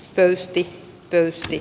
pöysti pöysti